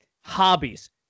hobbies